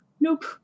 Nope